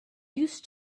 used